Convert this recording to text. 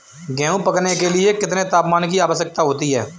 गेहूँ पकने के लिए कितने तापमान की आवश्यकता होती है?